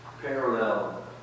parallel